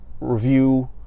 review